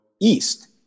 east